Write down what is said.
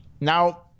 Now